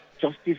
justice